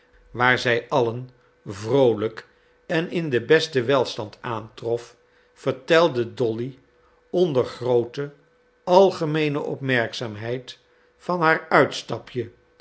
waar zij allen vroolijk en in den besten welstand aantrof vertelde dolly onder groote algemeene opmerkzaamheid van haar uitstapje